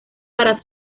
para